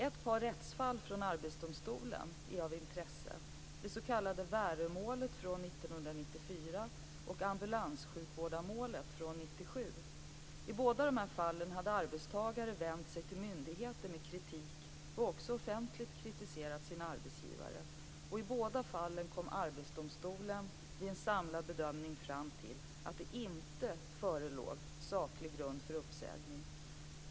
Ett par rättsfall från Arbetsdomstolen är av intresse: det s.k. Värömålet från 1994 och ambulanssjukvårdarmålet från 1997 . I båda dessa fall hade arbetstagare vänt sig till myndigheter med kritik och också offentligt kritiserat sin arbetsgivare. I båda fallen kom Arbetsdomstolen vid en samlad bedömning fram till att det inte förelåg saklig grund för uppsägning.